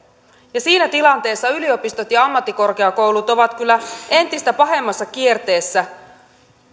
siinä tilanteessa yliopistot ja ammattikorkeakoulut ovat kyllä entistä pahemmassa kierteessä